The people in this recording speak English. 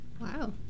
Wow